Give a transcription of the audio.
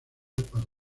para